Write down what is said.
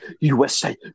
USA